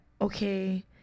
okay